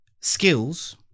skills